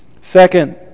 second